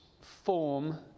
form